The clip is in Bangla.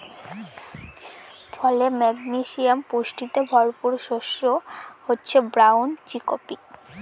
ফলে, ম্যাগনেসিয়াম পুষ্টিতে ভরপুর শস্য হচ্ছে ব্রাউন চিকপি